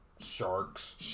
sharks